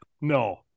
no